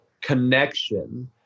connection